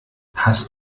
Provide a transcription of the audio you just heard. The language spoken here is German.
hast